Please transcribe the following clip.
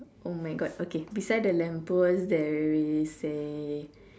oh my God beside the lamp post there is a